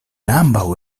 ambaŭ